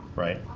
right?